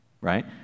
right